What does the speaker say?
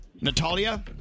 Natalia